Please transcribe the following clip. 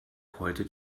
heute